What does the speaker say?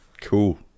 Cool